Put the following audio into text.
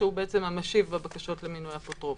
שהוא המשיב בבקשות למינוי אפוטרופוס.